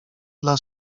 dla